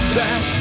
back